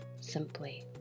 simply